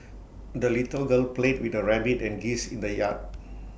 the little girl played with her rabbit and geese in the yard